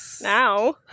now